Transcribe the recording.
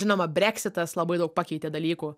žinoma breksitas labai daug pakeitė dalykų